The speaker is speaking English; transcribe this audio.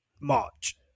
March